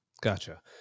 Gotcha